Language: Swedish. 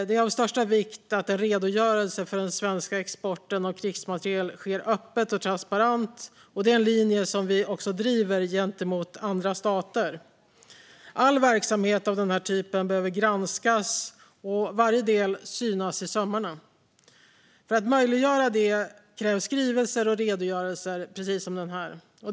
Det är av största vikt att en redogörelse för den svenska exporten av krigsmateriel sker öppet och transparent, och det är en linje som vi också driver gentemot andra stater. All verksamhet av denna typ behöver granskas och varje del synas i sömmarna. För att möjliggöra detta krävs skrivelser och redogörelser precis som den vi nu behandlar.